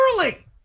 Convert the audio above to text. early